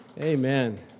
Amen